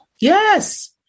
Yes